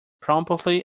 promptly